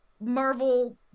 Marvel